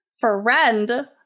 friend